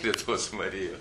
prie tos marijos